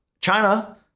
China